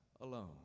alone